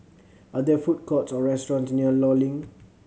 are there food courts or restaurants near Law Link